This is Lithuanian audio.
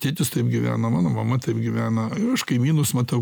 tėtis taip gyveno mano mama taip gyvena ir aš kaimynus matau